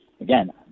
again